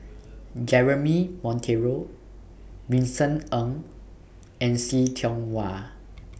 Jeremy Monteiro Vincent Ng and See Tiong Wah